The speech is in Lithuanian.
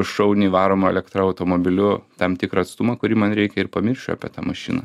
šauniai varomu elektra automobiliu tam tikrą atstumą kurį man reikia ir pamiršiu apie tą mašiną